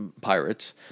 pirates